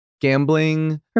Gambling